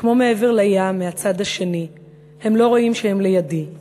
כמו מעבר לים מהצד השני/ הם לא רואים שהם לידי.//